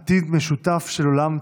עתיד משותף של עולם צעיר,